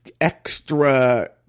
extra